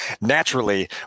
naturally